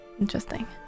Interesting